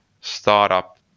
startup